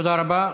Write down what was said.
תודה רבה.